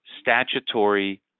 statutory